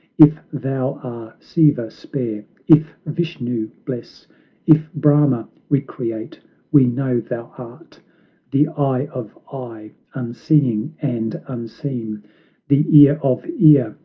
if thou are siva, spare if vishnu, bless if brahma, recreate we know thou art the eye of eye, unseeing and unseen the ear of ear,